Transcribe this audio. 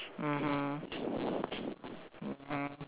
mmhmm mmhmm